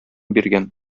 биргән